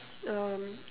um